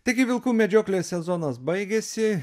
taigi vilkų medžioklės sezonas baigėsi